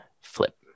Flip